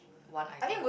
one item